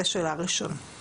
זו השאלה הראשונה.